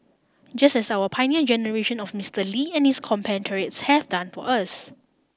just as our pioneer generation of Mister Lee and his compatriots have done for us